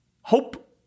Hope